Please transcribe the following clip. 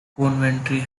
coventry